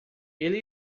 ele